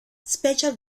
special